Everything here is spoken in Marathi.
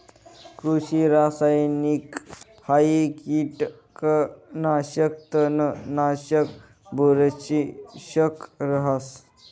कृषि रासायनिकहाई कीटकनाशक, तणनाशक, बुरशीनाशक रहास